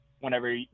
whenever